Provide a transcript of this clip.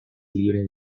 libres